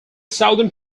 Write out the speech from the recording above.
southern